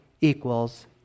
equals